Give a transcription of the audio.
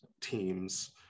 teams